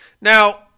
Now